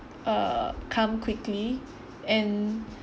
err come quickly and